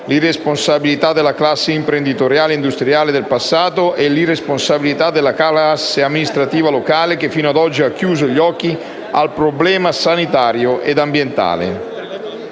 l'irresponsabilità della classe imprenditoriale e industriale del passato e l'irresponsabilità della classe amministrativa locale, che fino ad oggi ha chiuso gli occhi davanti al problema sanitario ed ambientale.